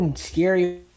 scary